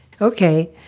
Okay